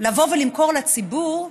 לבוא ולמכור לציבור.